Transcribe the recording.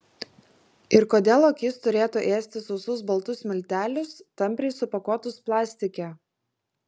ir kodėl lokys turėtų ėsti sausus baltus miltelius tampriai supakuotus plastike